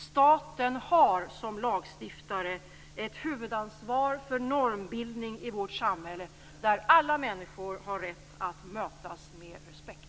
Staten har som lagstiftare ett huvudansvar för normbildningen i vårt samhälle där alla människor har rätt att mötas med respekt.